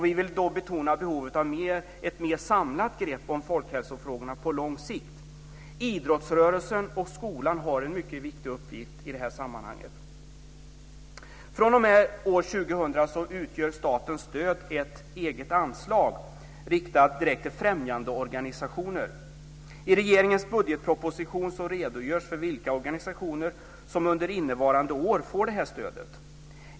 Vi vill betona behovet av ett mer samlat grepp om folkhälsofrågorna på lång sikt. Idrottsrörelsen och skolan har en mycket viktig uppgift i det här sammanhanget. fr.o.m. år 2000 utgör statens stöd ett eget anslag riktat direkt till främjandeorganisationer. I regeringens budgetproposition redogörs för vilka organisationer som under innevarande år får det här stödet.